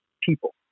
people